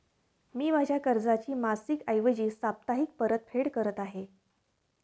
मी माझ्या कर्जाची मासिक ऐवजी साप्ताहिक परतफेड करत आहे